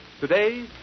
Today